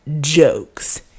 jokes